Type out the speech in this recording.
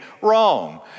wrong